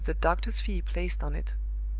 with the doctor's fee placed on it.